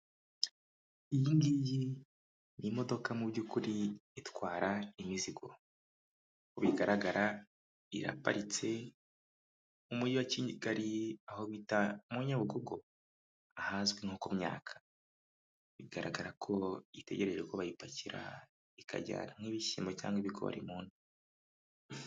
Iyi ngiyi ni imodoka mu by'ukuri itwara imizigo, uko bigaragara iraparitse mu mujyi wa Kigali aho bita mu nyabugogo ahazwi nko ku myaka, bigaragarako itegereje ko bayipakira ikajyana nk'ibishyimbo cyangwa ibigori mu...